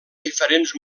diferents